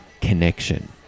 connection